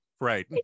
Right